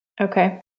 Okay